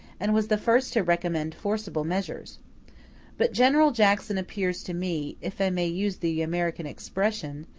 and was the first to recommend forcible measures but general jackson appears to me, if i may use the american expressions,